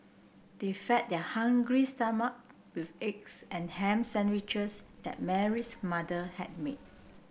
they fed their hungry stomach with eggs and ham sandwiches that Mary's mother had made